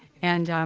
and